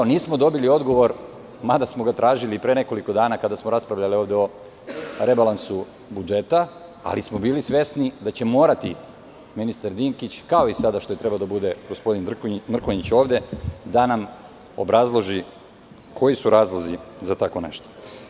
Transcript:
Nismo dobili odgovor, mada smo ga tražili i pre nekoliko dana kada smo raspravljali ovde o rebalansu budžeta, ali smo bili svesni da će morati ministar Dinkić, kao i sada što je trebalo da bude gospodin Mrkonjić ovde, da nam obrazloži koji su razlozi za tako nešto.